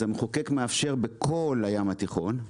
אז המחוקק מאפשר בכל הים התיכון,